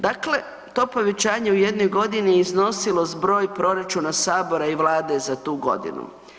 Dakle, to povećanje u jednog godini je iznosilo zbroj proračuna Sabora i Vlade za tu godinu.